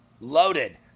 loaded